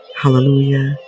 hallelujah